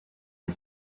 and